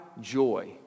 joy